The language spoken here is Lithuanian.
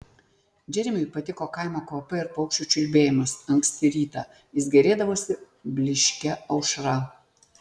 džeremiui patiko kaimo kvapai ir paukščių čiulbėjimas anksti rytą jis gėrėdavosi blyškia aušra